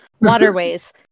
waterways